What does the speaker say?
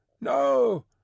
No